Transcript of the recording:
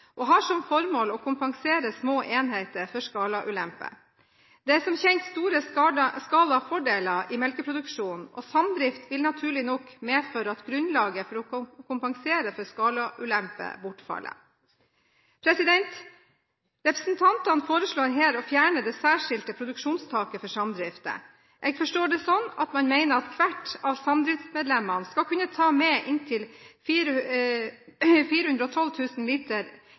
og har som formål å kompensere små enheter for skalaulemper. Det er som kjent store skalafordeler i melkeproduksjonen, og samdrift vil naturlig nok medføre at grunnlaget for å kompensere for skalaulemper bortfaller. Representantene foreslår her å fjerne det særskilte produksjonstaket for samdrifter. Jeg forstår det slik at man mener at hvert av samdriftsmedlemmene skal kunne ta med inntil 412 000 liter